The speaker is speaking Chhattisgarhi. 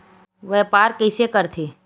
व्यापार कइसे करथे?